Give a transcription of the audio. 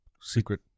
Secret